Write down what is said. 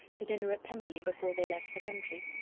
to dinner at pemberley, before they left the country.